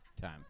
Time